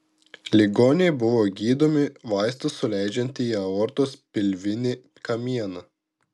ligoniai buvo gydomi vaistus suleidžiant į aortos pilvinį kamieną